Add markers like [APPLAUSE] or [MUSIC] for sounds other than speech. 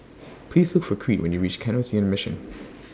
Please Look For Crete when YOU REACH Canossian Mission [NOISE]